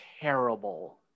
terrible